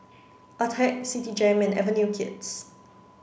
attack Citigem and Avenue Kids